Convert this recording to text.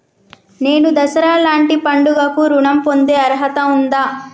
నేను దసరా లాంటి పండుగ కు ఋణం పొందే అర్హత ఉందా?